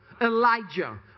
Elijah